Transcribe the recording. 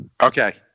Okay